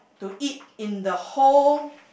to eat in the whole